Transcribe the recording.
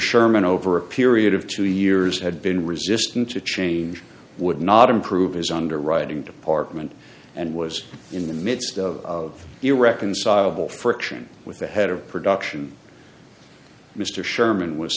sherman over a period of two years had been resistant to change would not improve his underwriting department and was in the midst of irreconcilable friction with the head of production mr sherman was